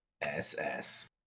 ss